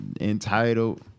Entitled